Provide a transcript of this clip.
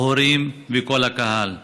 ההורים וכל הקהל.